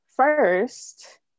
First